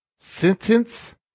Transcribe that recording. sentence